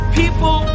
people